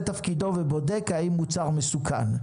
את תפקידו ולא בודק אם מוצר מסוכן.